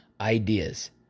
ideas